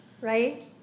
right